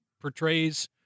portrays